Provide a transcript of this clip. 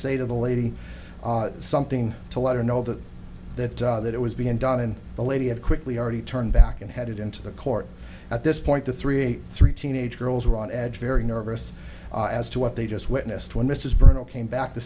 say to the lady something to let her know that that that it was being done and the lady had quickly already turned back and headed into the court at this point the three three teenage girls were on edge very nervous as to what they just witnessed when mrs burnell came back the